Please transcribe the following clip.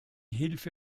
hilfe